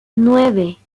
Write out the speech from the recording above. nueve